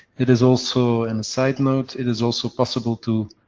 it is also, and side note, it is also possible to,